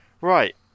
right